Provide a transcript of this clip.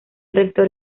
rector